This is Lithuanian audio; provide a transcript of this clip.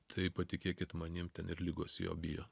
tai patikėkit manim ten ir ligos jo bijo